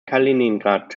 kaliningrad